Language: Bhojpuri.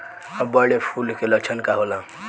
बर्ड फ्लू के लक्षण का होला?